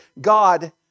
God